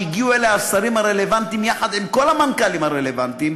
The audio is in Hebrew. שהגיעו אליה השרים הרלוונטיים יחד עם כל המנכ"לים הרלוונטיים,